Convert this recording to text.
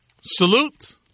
salute